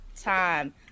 time